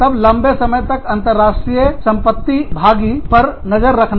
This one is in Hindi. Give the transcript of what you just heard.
तब लंबे समय तक अंतरराष्ट्रीय संपत्ति भागी पर नजर रखना